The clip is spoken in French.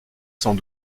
sans